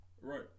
Right